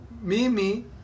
mimi